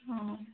অঁ